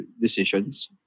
decisions